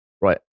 Right